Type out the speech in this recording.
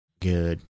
good